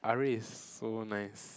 R-eight is so nice